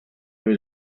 was